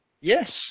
Yes